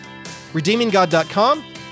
redeeminggod.com